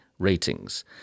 Ratings